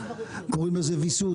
קוראים לזה וויסות,